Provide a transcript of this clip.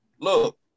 Look